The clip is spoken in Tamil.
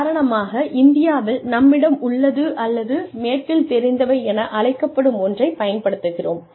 உதாரணமாக இந்தியாவில் நம்மிடம் உள்ளது அல்லது மேற்கில் தெரிந்தவை என அழைக்கப்படும் ஒன்றைப் பயன்படுத்துகிறோம்